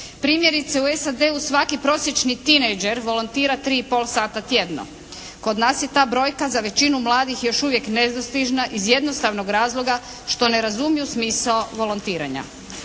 Primjerice u SAD-u svaki prosječni tinejdžer volontira 3 i pol sata tjedno. Kod nas je ta brojka za većinu mladih još uvijek nedostižna iz jednostavnog razloga što ne razumiju smisao volontiranja.